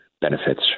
benefits